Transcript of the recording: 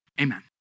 Amen